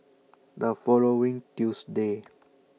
The following Tuesday